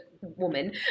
woman